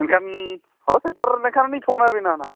ᱮᱱᱠᱷᱟᱱ ᱦᱳᱭ ᱥᱮᱴᱮᱨ ᱞᱮᱱᱠᱷᱟᱱ ᱞᱤᱧ ᱯᱷᱳᱱᱟᱵᱤᱱᱟ ᱱᱟᱦᱟᱜ